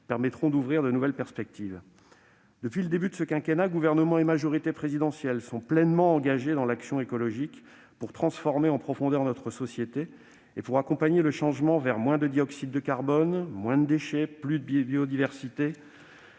permettront d'ouvrir de nouvelles perspectives. Depuis le début de ce quinquennat, gouvernement et majorité présidentielle sont pleinement engagés dans l'action écologique pour transformer en profondeur notre société et pour accompagner le changement vers moins de dioxyde de carbone, moins de déchets, plus de biodiversité,